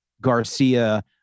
Garcia